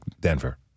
Denver